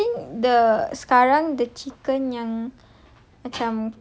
tapi I think the sekarang the chicken yang